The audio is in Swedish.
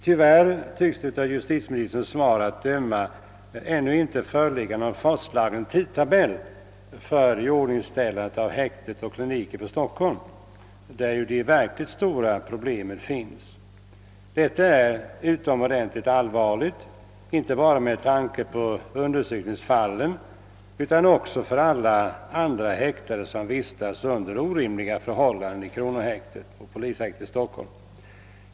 Tyvärr tycks det emellertid av svaret att döma inte föreligga någon fastslagen tidtabell för iordningställande av häktet och kliniken för Stockholm, där de verkligt stora problemen finns. Detta är utomordentligt allvarligt, inte bara med tanke på undersökningsfallen utan också för alla andra häktade som nu får vistas på kronohäktet och i polishäkten i Stockholm under orimliga förhållanden.